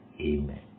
Amen